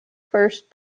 first